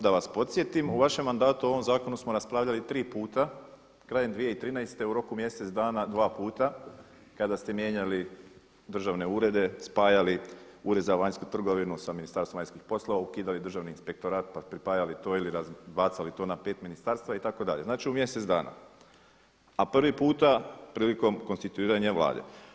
Da vas podsjetim, u vašem mandatu o ovom zakonu smo raspravljali tri puta krajem 2013. u roku mjesec dana dva puta kada ste mijenjali državne urede, spajali Ured za vanjsku trgovinu sa Ministarstvom vanjskih poslova, ukidali Državni inspektorat pa pripajali to ili razbacali to na pet ministarstva itd. znači u mjesec dana, a prvi puta prilikom konstituiranja Vlade.